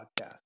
podcast